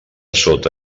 sota